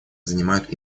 занимают